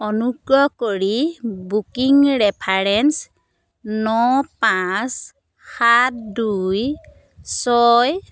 অনুগ্ৰহ কৰি booking reference ন পাঁচ সাত দুই ছয়